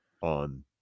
on